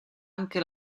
anche